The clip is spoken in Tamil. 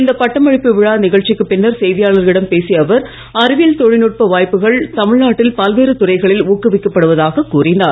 இந்த பட்டமளிப்பு விழா நிகழ்ச்சிக்கு பின்னர் செய்தியாளர்களிடம் பேசிய அவர் அறிவியல் தொழில்நுட்ப வாய்ப்புகள் தமிழ்நாட்டில் பல்வேறு துறைகளில் ஊக்குவிக்கப்படுவதாக கூறினார்